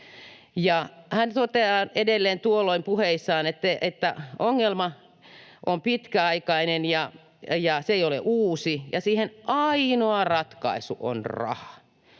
hän totesi edelleen tuolloin puheissaan, että ongelma on pitkäaikainen ja se ei ole uusi ja siihen ainoa ratkaisu on raha.